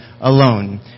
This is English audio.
alone